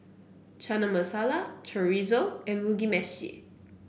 Chana Masala Chorizo and Mugi Meshi